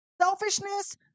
selfishness